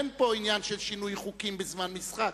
אין פה עניין של שינוי חוקים בזמן משחק,